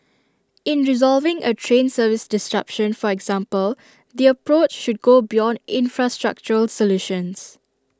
in resolving A train service disruption for example the approach should go beyond infrastructural solutions